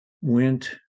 went